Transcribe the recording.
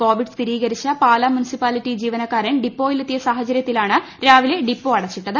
Covid സ്ഥിരീകരിച്ച Pala municipality ജീവനക്കാരൻ ഡിപ്പോയിൽ എത്തിയ സാഹചരൃത്തിലാണ് രാവിലെ ഡിപ്പോ അടച്ചിട്ടത്